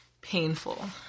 painful